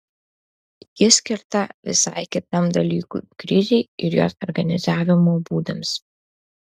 ji skirta visai kitam dalykui krizei ir jos organizavimo būdams